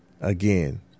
Again